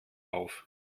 auf